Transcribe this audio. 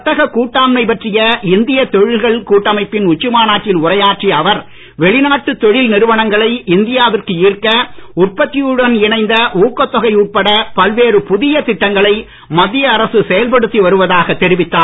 வர்த்தகக் கூட்டாண்மை பற்றிய இந்திய தொழில்கள் கூட்டமைப்பின் உச்சி மாநாட்டில் உரையாற்றிய அவர் வெளிநாட்டு தொழில் நிறுவனங்களை இந்தியாவிற்கு ஈர்க்க உற்பத்தியுடன் இணைந்த ஊக்கத் தொகை உட்பட பல்வேறு புதிய திட்டங்களை மத்திய அரசு செயல்படுத்தி வருவதாகத் தெரிவித்தார்